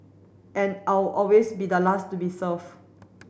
and I'll always be the last to be served